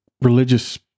religious